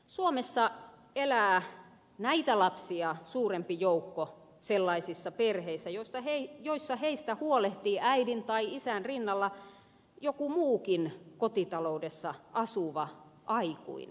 suomessa elää näitä lapsia suurempi joukko sellaisissa perheissä joissa heistä huolehtii äidin tai isän rinnalla joku muukin kotitaloudessa asuva aikuinen